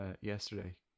yesterday